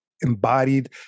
embodied